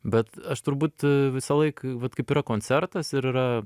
bet aš turbūt visąlaik vat kaip yra koncertas ir